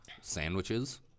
sandwiches